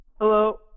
hello